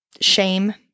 shame